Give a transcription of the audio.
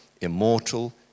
immortal